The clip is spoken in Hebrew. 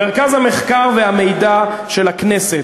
מרכז המחקר והמידע של הכנסת,